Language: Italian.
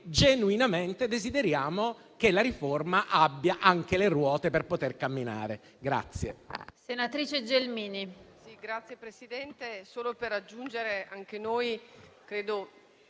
genuinamente desideriamo che la riforma abbia anche le ruote per camminare.